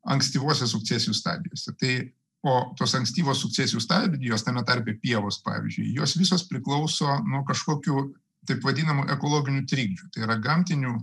ankstyvose sukcesijų stadijose tai o tos ankstyvos sukcesijų stadijos tame tarpe pievos pavyzdžiui jos visos priklauso nuo kažkokių taip vadinamų ekologinių trikdžių yra gamtinių